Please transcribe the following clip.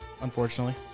Unfortunately